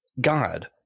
God